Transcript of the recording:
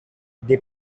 they